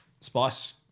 spice